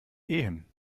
ehen